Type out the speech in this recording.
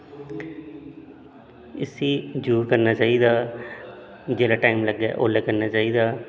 इसी जरूर करना चाहिदा जिल्लै टाइम लग्गे उल्लै करना चाहिदा